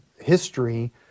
history